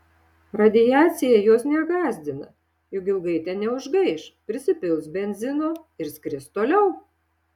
radiacija jos negąsdina juk ilgai ten neužgaiš prisipils benzino ir skris toliau